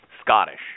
Scottish